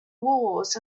wars